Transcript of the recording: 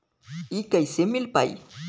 इ कईसे मिल पाई?